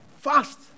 fast